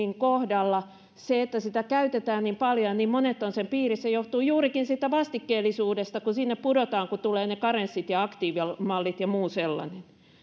kohdalla se että sitä käytetään niin paljon ja niin monet ovat sen piirissä johtuu juurikin siitä vastikkeellisuudesta kun sinne pudotaan kun tulee karenssit ja aktiivimallit ja muu sellainen